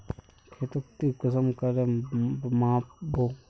खेतोक ती कुंसम करे माप बो?